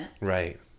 Right